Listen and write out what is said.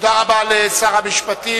תודה רבה לשר המשפטים,